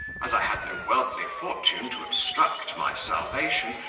as i had no worldly fortune to obstruct my salvation,